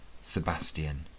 Sebastian